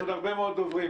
יש עוד הרבה מאוד דוברים.